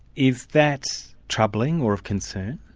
is that troubling, or of concern?